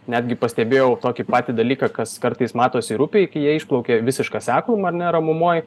netgi pastebėjau tokį patį dalyką kas kartais matosi ir upėj kai jie išplaukia visišką seklumą ar ne ramumoj